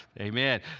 Amen